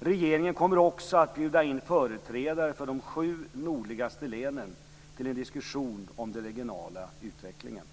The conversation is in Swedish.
Regeringen kommer också att bjuda in företrädare för de sju nordligaste länen till en diskussion om den regionala utvecklingen.